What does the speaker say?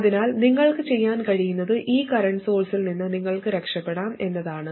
അതിനാൽ നിങ്ങൾക്ക് ചെയ്യാൻ കഴിയുന്നത് ഈ കറന്റ് സോഴ്സിൽ നിന്ന് നിങ്ങൾക്ക് രക്ഷപ്പെടാം എന്നതാണ്